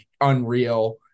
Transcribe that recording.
unreal